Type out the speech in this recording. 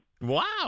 Wow